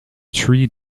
tree